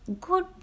good